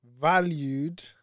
valued